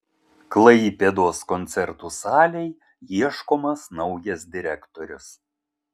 klaipėdos koncertų salei ieškomas naujas direktorius